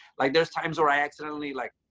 like there's times where i accidentally like,